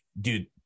dude